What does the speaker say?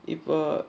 if uh